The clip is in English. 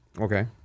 Okay